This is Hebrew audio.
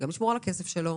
גם לשמור על הכסף שלו.